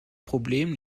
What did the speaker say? problem